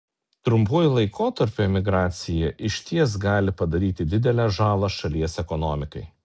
trumpuoju laikotarpiu emigracija išties gali padaryti didelę žalą šalies ekonomikai